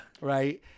Right